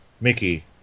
Mickey